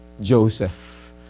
Joseph